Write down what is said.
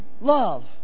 love